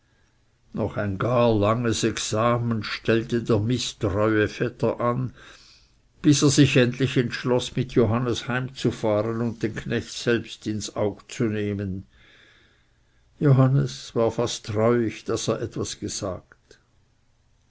noch ein gar langes examen stellte der mißtreue vetter an bis er sich endlich entschloß mit johannes heimzufahren und den knecht selbst ins aug zu nehmen johannes war fast reuig daß er etwas gesagt